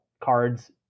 cards